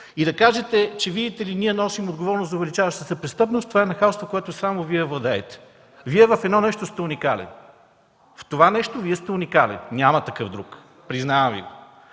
и да кажете, че, видите ли, ние носим отговорност за увеличаващата се престъпност, това е нахалство, което само Вие владеете. Вие в едно нещо сте уникален – в това нещо Вие сте уникален, няма друг такъв! Признавам Ви го.